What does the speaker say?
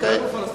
כולנו פלסטינים.